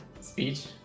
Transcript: speech